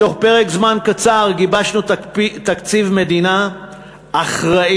בתוך פרק זמן קצר גיבשנו תקציב מדינה אחראי,